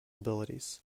abilities